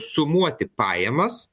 sumuoti pajamas